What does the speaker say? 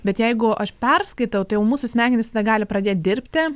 bet jeigu aš perskaitau tai jau mūsų smegenys na gali pradėt dirbti